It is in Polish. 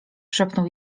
szepnął